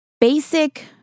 basic